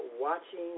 watching